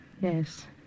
Yes